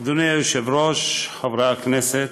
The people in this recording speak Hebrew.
אדוני היושב-ראש, חברי הכנסת,